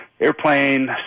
airplane